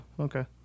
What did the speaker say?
Okay